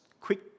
quick